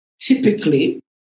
Typically